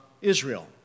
Israel